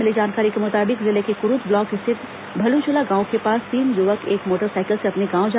मिली जानकारी के मुताबिक जिले के क्रूद ब्लॉक स्थित भलुझूला गांव के पास तीन युवक एक मोटरसाइकिल से अपने गांव जा रहे थे